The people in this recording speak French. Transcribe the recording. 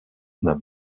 nam